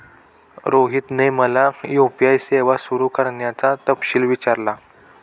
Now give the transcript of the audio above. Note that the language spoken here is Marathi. रोहनने मला यू.पी.आय सेवा सुरू करण्याचा तपशील विचारला